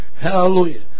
Hallelujah